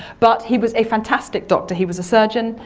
but he was a fantastic doctor. he was a surgeon.